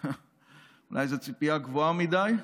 אולי זו ציפייה גבוהה מדי,